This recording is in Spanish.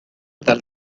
tal